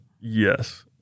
Yes